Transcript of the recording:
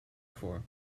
for